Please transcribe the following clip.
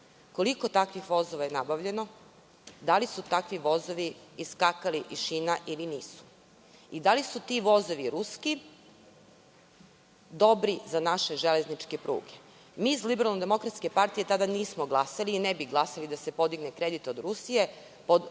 koliko takvih vozova je nabavljeno, da li su takvi vozovi iskakali iz šina ili nisu i da li su ti vozovi ruski dobri za naše železničke pruge? Mi iz LDP tada nismo glasali i ne bi glasali da se podigne kredit od Rusije,